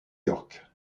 york